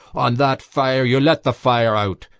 on that fire! you let the fire out!